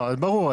ברור.